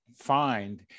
find